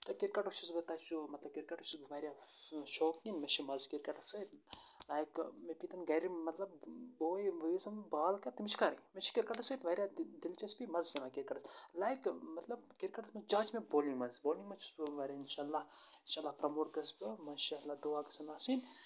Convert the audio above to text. تہٕ کِرکَٹُک چھُس بہٕ تَۄہہِ چھُ مطلب کِرکَٹُک چھُس بہٕ واریاہ شوقیٖن مےٚ چھُ مَزٕ کِرکَٹَس سۭتۍ لایِک مےٚ پیتَن گَرِ مطلب بوے بٲیِس ونہٕ زَن بہٕ بال کَرٕ تٔمِس چھِ کَرٕنۍ مےٚ چھِ کِرکَٹَس سۭتۍ واریاہ دِلچَسپی مَزٕ چھِ یِوان کِرکَٹَس لایِک مطلب کِرکَٹَس منٛز زیادٕ چھِ مےٚ بالنٛگ منٛز بالنٛگ منٛز چھُس بہٕ واریاہ اِنشاء اللہ اِنشاء اللہ پرٛاموٹ گژھ بہٕ ماشاء اللہ دعا گژھن آسٕنۍ